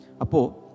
Apo